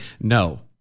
no